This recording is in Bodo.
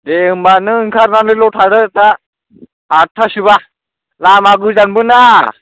दे होनबा नों ओंखारनानैल' थादो दा आटतासोबा लामा गोजानबोना